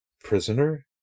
Prisoner